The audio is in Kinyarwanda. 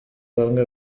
bamwe